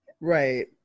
right